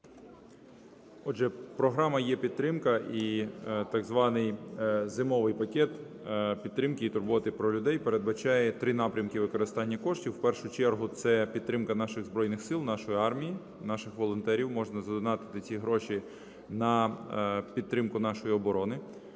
Отже, програма "єПідтримка" і так званий зимовий пакет підтримки і турботи про людей передбачає три напрямки використання коштів. В першу чергу це підтримка наших Збройних Сил, нашої армії, наших волонтерів, можна задонатити ці гроші на підтримку нашої оборони.